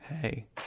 hey